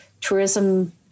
tourism